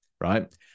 right